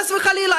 חס וחלילה,